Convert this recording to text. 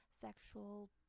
sexual